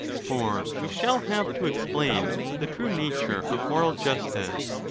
for we shall have to explain the true nature of moral justice,